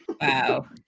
Wow